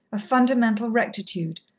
of fundamental rectitude,